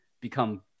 become